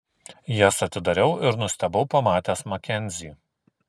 jas atidariau ir nustebau pamatęs makenzį